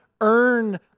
earn